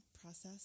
process